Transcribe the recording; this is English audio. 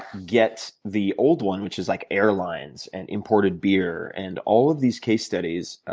get the old one which is like airlines and imported beer and all of these case studies,